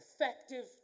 effective